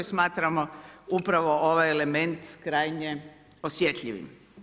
Smatramo upravo ovaj element krajnje osjetljivim.